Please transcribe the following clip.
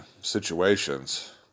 situations